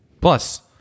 Plus